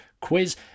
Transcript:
quiz